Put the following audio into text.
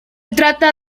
trata